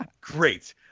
Great